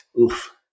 oof